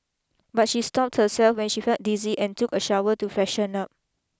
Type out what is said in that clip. but she stopped herself when she felt dizzy and took a shower to freshen up